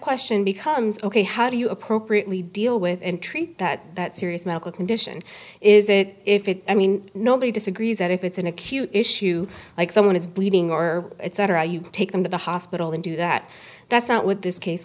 question becomes ok how do you appropriately deal with and treat that serious medical condition is it if it i mean nobody disagrees that if it's an acute issue like someone is bleeding or etc you take them to the hospital and do that that's not what this case